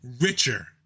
richer